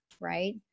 right